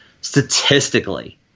statistically